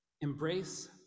Embrace